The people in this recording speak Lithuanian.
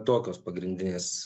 tokios pagrindinės